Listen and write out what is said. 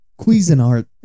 Cuisinart